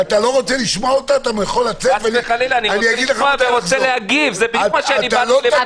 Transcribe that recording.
אתה לא תגיב בלי רשות שלי.